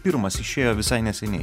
pirmas išėjo visai neseniai